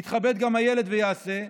יתכבד גם הילד ויעשה,